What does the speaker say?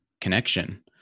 connection